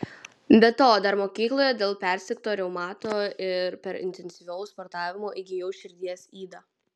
be to dar mokykloje dėl persirgto reumato ir per intensyvaus sportavimo įgijau širdies ydą